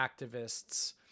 activists